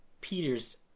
peter's